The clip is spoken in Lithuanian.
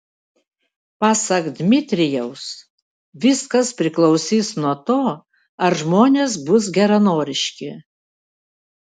pasak dmitrijaus viskas priklausys nuo to ar žmonės bus geranoriški